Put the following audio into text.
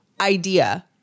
idea